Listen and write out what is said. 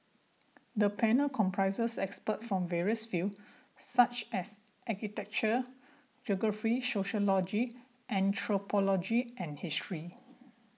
the panel comprises experts from various fields such as architecture geography sociology anthropology and history